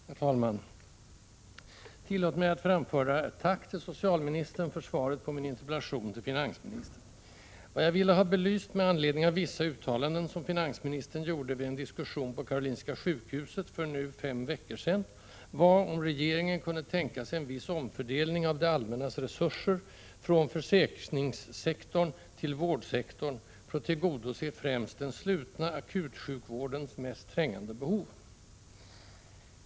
Herr talman! Tillåt mig att framföra ett tack till socialministern för svaret på min interpellation till finansministern. Vad jag ville ha belyst med anledning av vissa uttalanden som finansministern gjorde vid en diskussion på Karolinska sjukhuset för nu fem veckor sedan var om regeringen kunde tänka sig en viss omfördelning av det allmännas resurser från försäkringssektorn till vårdsektorn för att tillgodose främst den slutna akutsjukvårdens mest trängande behov.